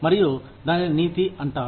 మరియు దానిని నీతి అంటారు